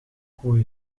koe